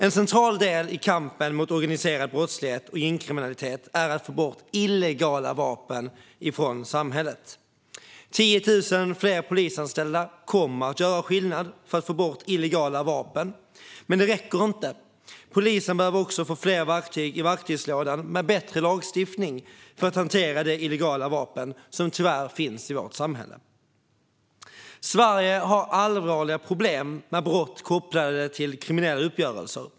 En central del i kampen mot organiserad brottslighet och gängkriminalitet är att få bort illegala vapen från samhället. 10 000 fler polisanställda kommer att göra skillnad för att få bort illegala vapen, men det räcker inte. Polisen behöver också få fler verktyg i verktygslådan med bättre lagstiftning för att hantera de illegala vapen som tyvärr finns i vårt samhälle. Sverige har allvarliga problem med brott kopplade till kriminella uppgörelser.